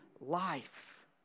life